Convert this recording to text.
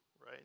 right